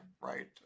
right